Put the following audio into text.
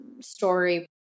story